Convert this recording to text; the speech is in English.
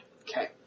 Okay